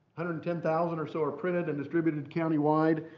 hundred and ten thousand or so are printed and distributed countywide.